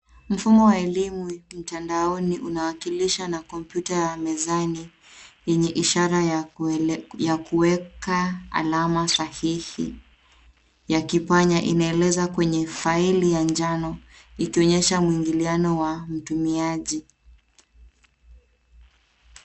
Mfumo wa elimu mtandaoni unawakilishwa na kompyuta ya mezani yenye ishara ya kuweka alama sahihi ya kipanya. Inaeleza kwenye faili ya njano ikionyesha mwingilianobwa mtumiaji.